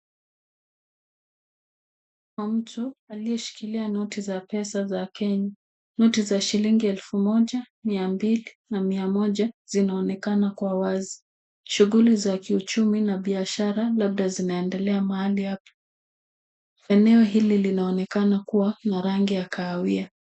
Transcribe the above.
Mkono wa mtu aliyeshikilia noti za pesa za Kenya. Noti za shilingi elfu moja, mia mbili, na mia moja zinaonekana kwa wazi. Shughuli za kiuchumi na biashara labda zinaendelea mahali hapa. Eneo hili linaonekana kuwa na rangi ya kahawia.